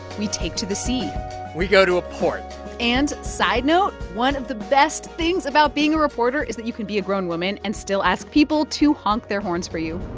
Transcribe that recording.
we take to the scene we go to a port and side note one of the best things about being a reporter is that you can be a grown woman and still ask people to honk their horns for you